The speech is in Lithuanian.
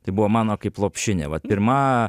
tai buvo mano kaip lopšinė vat pirma